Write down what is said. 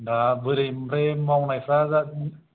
दा बोरै ओमफ्राय मावनायफ्रा दा